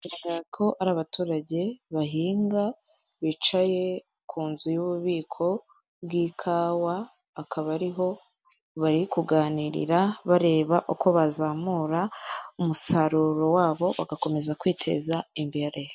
Biragaragara ko ari abaturage bahinga, bicaye ku nzu y'ububiko bw'ikawa akaba, ariho bari kuganirira bareba uko bazamura umusaruro wabo bagakomeza kwiteza imbere.